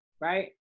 right